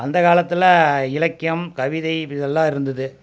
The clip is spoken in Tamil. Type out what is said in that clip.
அந்த காலத்தில் இலக்கியம் கவிதை இதெல்லாம் இருந்தது